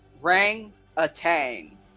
Rang-a-Tang